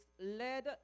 led